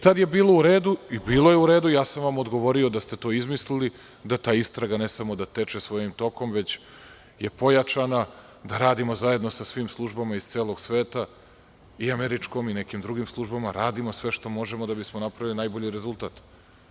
Tada je bilo u redu i bilo je u redu, ja sam vam odgovorio da ste to izmislili, da istraga ne samo da teče svojim tokom, već je pojačana, da radimo zajedno sa svim službama iz celog sveta i američkom i nekim drugim službama, radimo sve što možemo da bismo napravili najbolji rezultate.